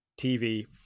tv